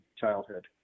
childhood